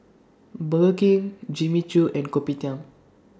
Burger King Jimmy Choo and Kopitiam